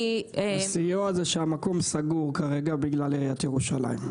הסיוע זה שהמקום סגור כרגע בגלל עיריית ירושלים.